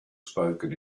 spoken